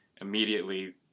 immediately